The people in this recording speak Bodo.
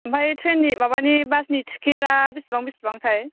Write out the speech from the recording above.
ओमफ्राय ट्रैननि माबानि बासनि टिकेटआ बेसेबां बेसेबांथाय